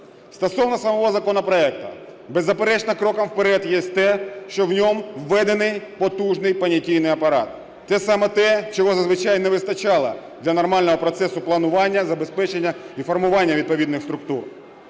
Стосовно самого законопроекту. Беззаперечно, кроком вперед є те, що в ньому введений потужний понятійний апарат. Це саме те, чого зазвичай не вистачало для нормального процесу планування, забезпечення і формування відповідних структур.